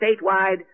statewide